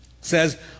Says